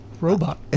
Robot